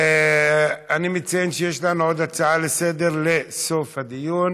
אני מציין שיש לנו עוד הצעה לסדר-היום לסוף הדיון,